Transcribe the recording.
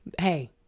Hey